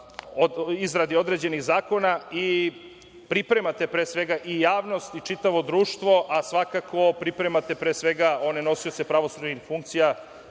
izradi određenih zakona i pripremate pre svega i javnost i čitavo društvo, a svakako pripremate pre svega one nosioce pravosudnih funkcija